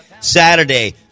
Saturday